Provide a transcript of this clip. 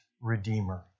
Redeemer